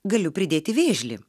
galiu pridėti vėžlį